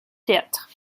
théâtre